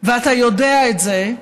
ואתה יודע את זה,